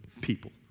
people